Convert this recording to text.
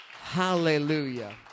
Hallelujah